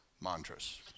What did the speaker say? mantras